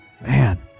Man